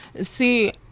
See